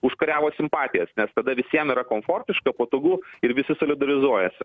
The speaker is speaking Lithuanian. užkariavo simpatijas nes tada visiem yra komfortiška patogu ir visi solidarizuojasi